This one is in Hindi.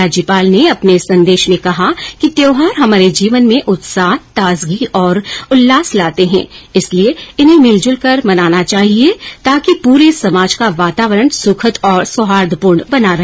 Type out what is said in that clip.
राज्यपाल ने अपने संदेश में कहा कि त्यौहार हमारे जीवन में उत्साह ताजगी और उल्लास लाते है इसलिये इन्हें मिलजुलकर मनाना चाहिये ताकि पूरे समाज का वातावरण सुखद और सौहार्दपूर्ण बना रहे